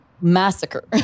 massacre